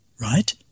right